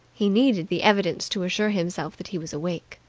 he needed the evidence to assure himself that he was awake.